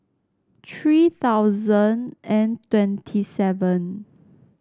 three thousand and twenty seven